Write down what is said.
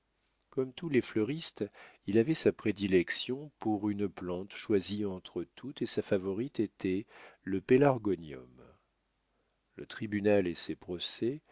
comme tous les fleuristes il avait sa prédilection pour une plante choisie entre toutes et sa favorite était le pelargonium le tribunal et ses